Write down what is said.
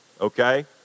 okay